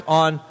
on